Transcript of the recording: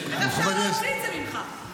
איך אפשר להוציא את זה ממך?